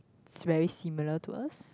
it's very similar to us